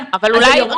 אבל אולי,